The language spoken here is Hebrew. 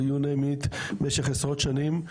או you name it במשך עשרות שנים.